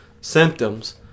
symptoms